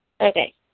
Okay